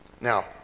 Now